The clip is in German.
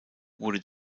wurde